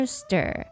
stir